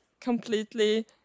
completely